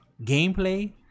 gameplay